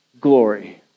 glory